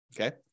Okay